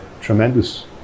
tremendous